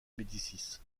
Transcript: médicis